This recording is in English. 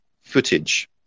footage